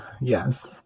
Yes